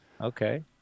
okay